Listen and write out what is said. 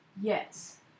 Yes